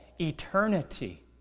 eternity